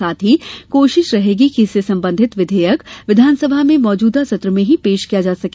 साथ ही कोशिश रहेगी कि इससे संबंधित विधेयक विधानसभा में मौजूदा सत्र में ही पेश किया जा सके